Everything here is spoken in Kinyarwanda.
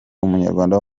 umunyarwanda